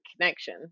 connection